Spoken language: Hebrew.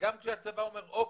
וגם כשהצבא אומר אוקיי,